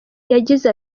yagize